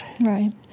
Right